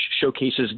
showcases